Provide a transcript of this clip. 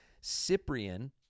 Cyprian